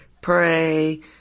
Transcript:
pray